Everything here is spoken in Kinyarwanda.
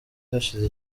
hashize